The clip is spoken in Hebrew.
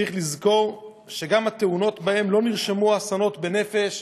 צריך לזכור שגם התאונות שבהן לא נרשמו אסונות בנפש